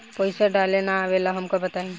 पईसा डाले ना आवेला हमका बताई?